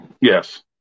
Yes